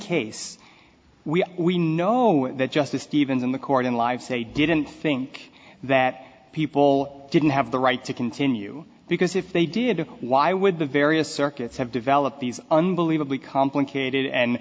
case we we know that justice stevens and the court in live say didn't think that people didn't have the right to continue because if they did why would the various circuits have developed these unbelievably complicated and